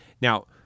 Now